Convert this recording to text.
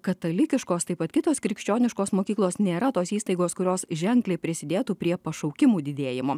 katalikiškos taip pat kitos krikščioniškos mokyklos nėra tos įstaigos kurios ženkliai prisidėtų prie pašaukimų didėjimo